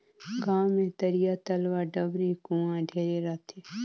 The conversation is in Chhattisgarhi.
गांव मे तरिया, तलवा, डबरी, कुआँ ढेरे रथें